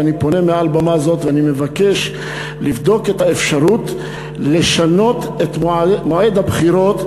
ואני פונה מעל במה זו ומבקש לבדוק את האפשרות לשנות את מועד הבחירות,